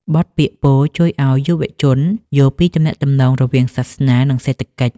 បទពាក្យពោលជួយឱ្យយុវជនយល់ពីទំនាក់ទំនងរវាងសាសនា និងសេដ្ឋកិច្ច។